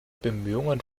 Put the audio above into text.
bemühungen